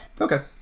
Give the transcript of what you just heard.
Okay